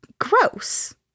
gross